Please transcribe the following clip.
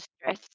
stress